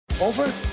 Over